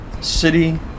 city